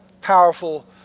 powerful